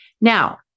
Now